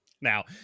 Now